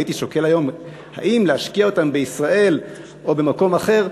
והייתי שוקל היום האם להשקיע אותם בישראל או במקום אחר,